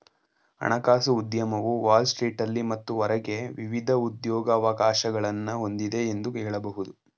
ಹಣಕಾಸು ಉದ್ಯಮವು ವಾಲ್ ಸ್ಟ್ರೀಟ್ನಲ್ಲಿ ಮತ್ತು ಹೊರಗೆ ವಿವಿಧ ಉದ್ಯೋಗವಕಾಶಗಳನ್ನ ಹೊಂದಿದೆ ಎಂದು ಹೇಳಬಹುದು